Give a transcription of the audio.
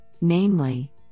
namely